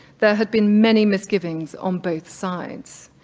there had been many misgivings on both sides.